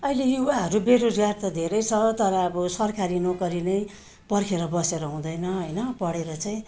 अहिले युवाहरू बेरोजगार त धेरै छ तर अब सरकारी नोकरी नै पर्खेर बसेर हुँदैन होइन पढेर चाहिँ